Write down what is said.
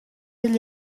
gli